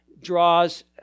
draws